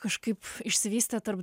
kažkaip išsivystė tarp